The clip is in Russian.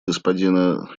господина